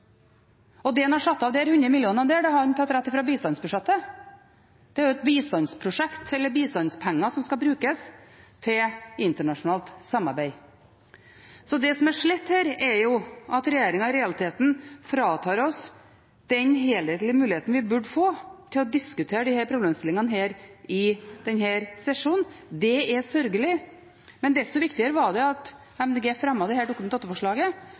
en har satt av der, har en tatt rett fra bistandsbudsjettet. Det er bistandspenger som skal brukes til internasjonalt samarbeid. Det som er slett her, er at regjeringen i realiteten fratar oss den helhetlige muligheten vi burde få til å diskutere disse problemstillingene i denne sesjonen. Det er sørgelig. Men desto viktigere er det at Miljøpartiet De Grønne fremmet dette Dokument